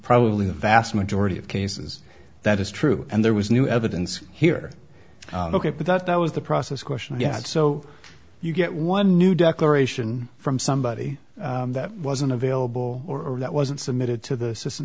probably a vast majority of cases that is true and there was new evidence here look at that that was the process question yet so you get one new declaration from somebody that wasn't available or that wasn't submitted to the system